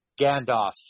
Gandalf